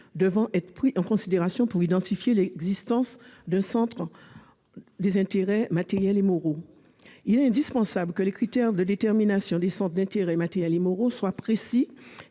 devant être pris en considération pour identifier l'existence d'un tel centre. Il est indispensable que les critères de détermination des centres des intérêts matériels et moraux soient précis